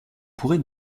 pourrez